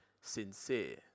sincere